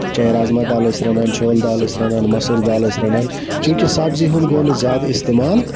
چاہے رازما دال ٲسۍ رَنان چھولہٕ دال ٲسۍ رَنان مُسُر دال ٲسۍ رَنان چوٗنکہِ سَبزی ہُند گوٚو نہٕ زیادٕ استعمال